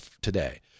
today